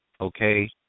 okay